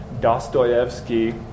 Dostoevsky